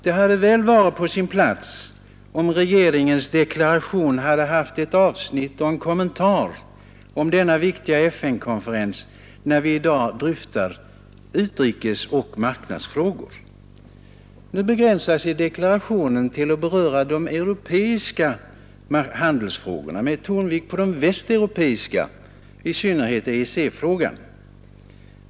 Det hade väl varit på sin plats att regeringens deklaration hade innehållit ett avsnitt och en kommentar om denna viktiga FN-konferens när vi i dag dryftar utrikesoch marknadsfrågor. Nu begränsar sig deklarationen till att beröra de europeiska handelsfrågorna med tonvikt på de västeuropeiska, i synnerhet EEC-frågan.